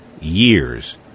years